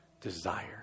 desire